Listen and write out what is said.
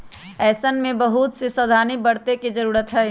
ऐसन में बहुत से सावधानी बरते के जरूरत हई